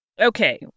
Okay